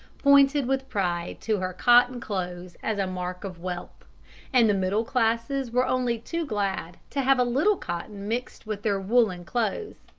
pointed with pride to her cotton clothes as a mark of wealth and the middle classes were only too glad to have a little cotton mixed with their woollen clothes.